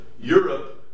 Europe